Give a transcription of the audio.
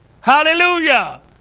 Hallelujah